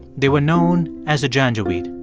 they were known as the janjaweed.